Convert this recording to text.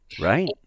Right